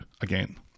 again